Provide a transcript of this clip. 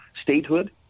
statehood